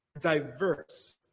diverse